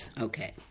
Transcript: okay